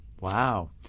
Wow